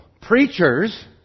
preachers